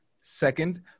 second